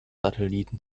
satelliten